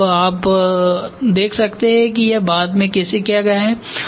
और अब आप देख सकते हैं कि यह बाद में कैसे किया गया है